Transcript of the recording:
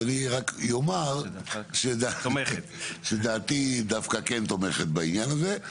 אז אני רק אומר שדעתי דווקא כן תומכת בעניין הזה.